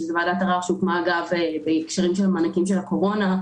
שזה ועדת ערר שהוקמה בהקשר למענקים של הקורונה,